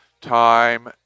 Time